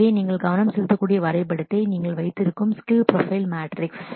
எனவே இது நீங்கள் கவனம் செலுத்தக்கூடிய வரைபடத்தை நீங்கள் வைத்திருக்கும் ஸ்கில் பிரொபைல் மேட்ரிக்ஸ்